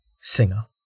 Singer